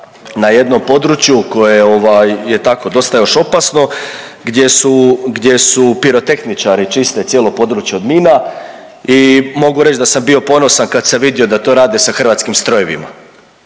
na jednom području koje je tako dosta još opasno, gdje su pirotehničari čiste cijelo područje od mina i mogu reći da sam bio ponosan kad sam vidio da to rade sa hrvatskim strojevima.